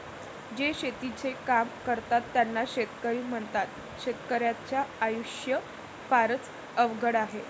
जे शेतीचे काम करतात त्यांना शेतकरी म्हणतात, शेतकर्याच्या आयुष्य फारच अवघड आहे